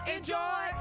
Enjoy